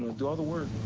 do all the work.